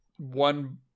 One